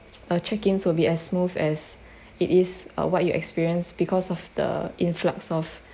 uh check ins will be as smooth as it is uh what you experienced because of the influx of